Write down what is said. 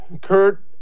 Kurt